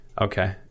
okay